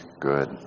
good